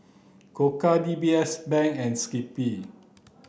Koka D B S Bank and Skippy